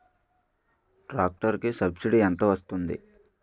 Tractor కి subsidy ఎంత వస్తుంది?